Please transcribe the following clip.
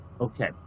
Okay